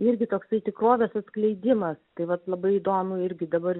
irgi toksai tikrovės atskleidimas tai vat labai įdomu irgi dabar